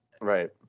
Right